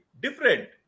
different